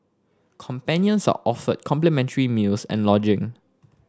companions are offered complimentary meals and lodging